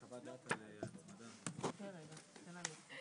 הישיבה ננעלה בשעה